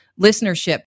listenership